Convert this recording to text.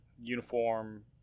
uniform